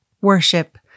worship